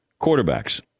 quarterbacks